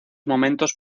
momentos